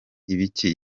ibiki